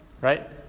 Right